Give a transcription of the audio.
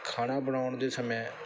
ਖਾਣਾ ਬਣਾਉਣ ਦੇ ਸਮੇਂ